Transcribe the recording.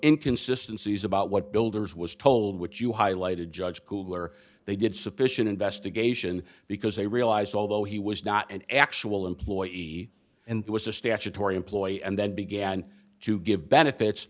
inconsistency is about what builders was told which you highlighted judge cooler they did sufficient investigation because they realized although he was not an actual employee and was a statutory employee and then began to give benefits